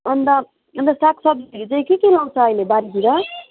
अन्त अन्त साग सब्जीहरू चाहिँ के के लाउँछ अहिले बारीतिर